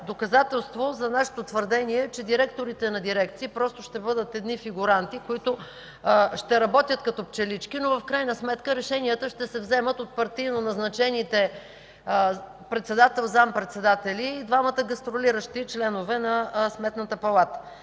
доказателство за нашето твърдение, че директорите на дирекции просто ще бъдат едни фигуранти, които ще работят като пчелички, но в крайна сметка решенията ще се вземат от партийно назначените председател, зам.-председатели и двамата гастролиращи членове на Сметната палата.